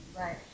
Right